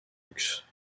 luxe